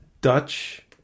Dutch